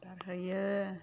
बारहोयो